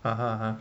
ha ha ha